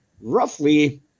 roughly